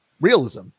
realism